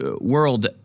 world